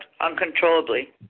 uncontrollably